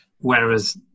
whereas